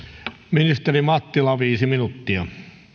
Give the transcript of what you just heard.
ministeri mattila viisi minuuttia